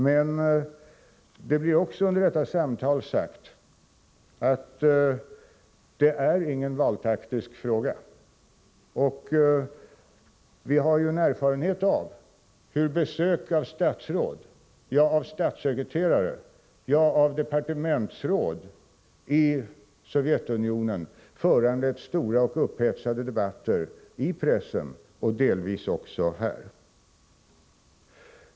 Men det blir också under detta samtal sagt, att det är ingen valtaktisk fråga. Och vi har ju en erfarenhet av hur besök i Sovjetunionen av statsråd — ja, av statssekreterare, av departementsråd — föranlett stora och upphetsade debatter i pressen och delvis också här.